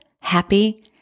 happy